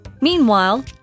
Meanwhile